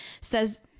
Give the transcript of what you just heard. says